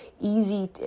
easy